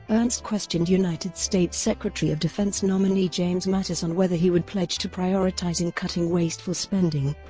ernst questioned united states secretary of defense nominee james mattis on whether he would pledge to prioritizing cutting wasteful spending,